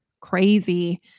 crazy